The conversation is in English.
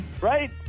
Right